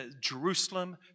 Jerusalem